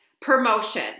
promotion